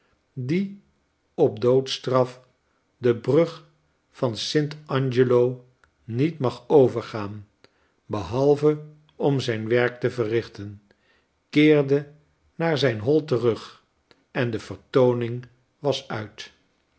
die op doodstraf de brug van st angel o niet mag overgaan behalve om zijn werk te verrichten keerde naar zijn hoi terug en de vertooning was uit